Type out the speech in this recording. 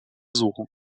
suchen